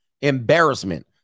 embarrassment